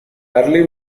early